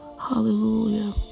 hallelujah